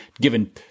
given